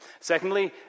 Secondly